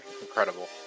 Incredible